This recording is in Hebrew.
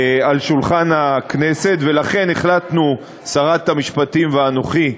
על שולחן הכנסת, ולכן החלטנו, שרת המשפטים ואנוכי,